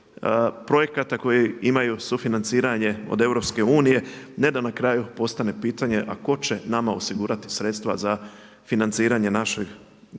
projekata koji imaju sufinanciranje od EU ne da na kraju postane pitanje a tko će nama osigurati sredstva za financiranje našeg projekta